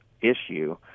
issue